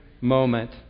moment